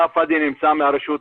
התמונה מדאיגה.